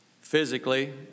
physically